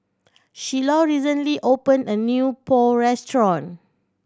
Shiloh recently opened a new Pho restaurant